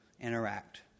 interact